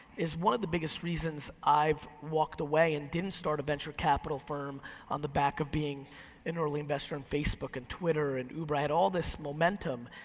is one of the biggest reasons i've walked away and didn't start a venture capital firm on the back of being an early investor in facebook and twitter and uber. i had all this momentum,